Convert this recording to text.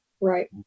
Right